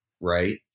right